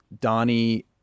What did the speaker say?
Donnie